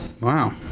wow